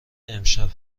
امشب